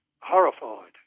horrified